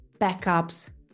backups